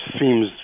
seems